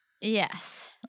Yes